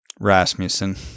Rasmussen